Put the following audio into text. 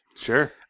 Sure